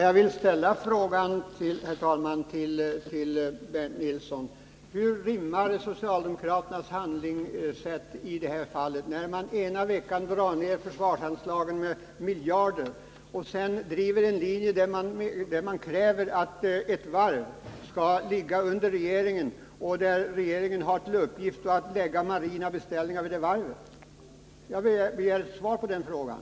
Herr talman! Jag vill fråga Bernt Nilsson: Hur går det socialdemokratiska handlingssättet ihop, när man ena veckan talar för att man skall dra ner försvarsanslagen med miljarder och den andra driver en linje som går ut på att man kräver att regeringen skall lägga marina beställningar vid det varv som regeringen skall ha ansvaret för? Jag begär ett svar på den frågan.